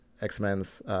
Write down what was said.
X-Men's